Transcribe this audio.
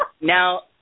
Now